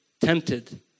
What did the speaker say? tempted